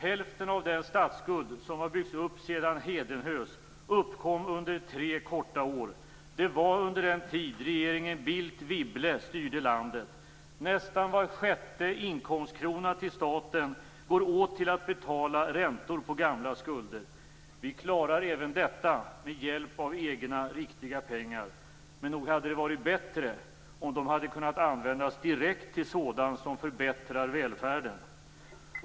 Hälften av den statsskuld som har byggts upp sedan Hedenhös uppkom under tre korta år. Det var under den tid regeringen Bildt-Wibble styrde landet. Nästan var sjätte inkomstkrona till staten går åt till att betala räntor på gamla skulder. Vi klarar även detta med hjälp av egna riktiga pengar. Men nog hade det varit bättre om de hade kunnat användas direkt till sådant som förbättrar välfärden.